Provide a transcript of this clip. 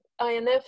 INF